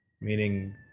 meaning